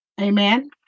Amen